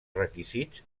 requisits